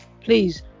Please